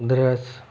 दृश्य